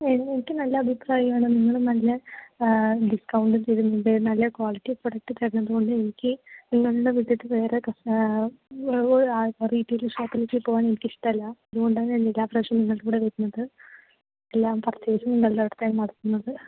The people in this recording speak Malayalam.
എനിക്ക് നല്ല അഭിപ്രായമാണ് നിങ്ങൾ നല്ല ഡിസ്കൗണ്ടും തരുന്നുണ്ട് നല്ല ക്വാളിറ്റി പ്രോഡക്റ്റ് തരുന്നതുകൊണ്ടു എനിക്ക് നിങ്ങളെ വിട്ടിട്ടു വേറെ കസ്റ്റ് വേറെ റീറ്റെയ്ൽ ഷോപ്പിലേക്കു പോകാൻ എനിക്ക് ഇഷ്ടമല്ല അതുകൊണ്ടാണ് ഞാനെല്ലാ പ്രാവശ്യം നിങ്ങളുടെ ഇവിടെ വരുന്നത് എല്ലാ പർച്ചേസും നിങ്ങളുടെ അടുത്തായി നടത്തുന്നത്